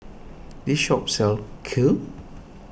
this shop sells Kheer